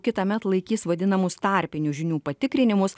kitąmet laikys vadinamus tarpinių žinių patikrinimus